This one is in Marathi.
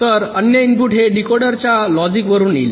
तर अन्य इनपुट हे डीकोडरच्या लॉजिकवरून येईल